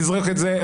לזרוק את זה,